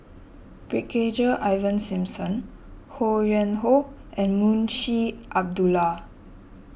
Brigadier Ivan Simson Ho Yuen Hoe and Munshi Abdullah